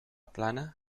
plana